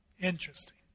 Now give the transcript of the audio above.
interesting